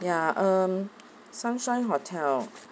ya um sunshine hotel